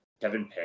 Kevin